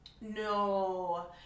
No